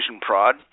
prod